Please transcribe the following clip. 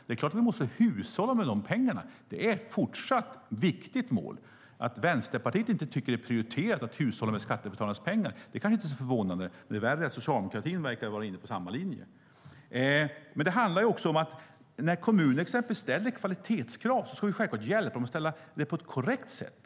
Det är ett fortsatt viktigt mål. Att Vänsterpartiet inte tycker att det är prioriterat att hushålla med skattebetalarnas pengar är kanske inte så förvånande. Det är värre att socialdemokratin verkar vara inne på samma linje. När kommuner ställer kvalitetskrav ska vi självklart hjälpa dem att göra det på ett korrekt sätt.